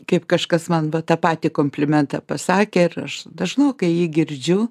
kaip kažkas man va tą patį komplimentą pasakė ir aš dažnokai jį girdžiu